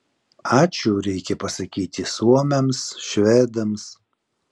ačiū reikia pasakyti suomiams švedams